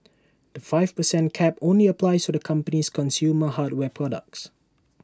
the five per cent cap only applies to the company's consumer hardware products